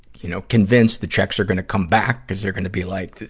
you know, convinced the checks are gonna come back, cuz they're gonna be like,